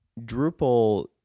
Drupal